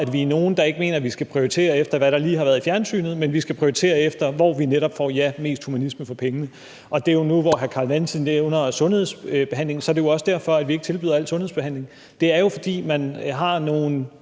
vi er nogle, der ikke mener, at vi skal prioritere efter, hvad der lige har været i fjernsynet, men prioritere efter, hvor vi netop får, ja, mest humanisme for pengene. Og det er jo nu, hvor hr. Carl Valentin nævner sundhedsbehandling, også derfor, at vi ikke tilbyder al sundhedsbehandling. Det er jo, fordi man har nogle